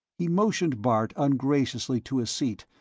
he motioned bart ungraciously to a seat,